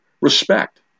respect